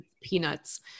peanuts